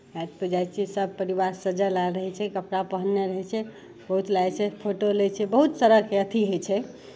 घाटपर जाइ छी सभ परिवार सजल आयल रहै छै कपड़ा पहिरने रहै छै बहुत लागै छै फोटो लै छै बहुत सारा अथी होइ छै